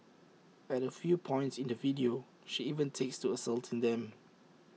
at A few points in the video she even takes to assaulting them